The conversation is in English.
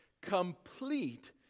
complete